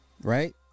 Right